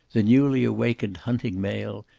the newly awakened hunting male,